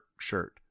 shirt